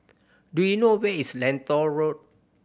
do you know where is Lentor Road